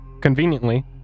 Conveniently